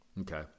okay